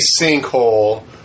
sinkhole